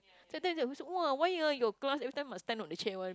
so everytime said !wah! why ah your class every time must stand on the chair one